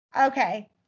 Okay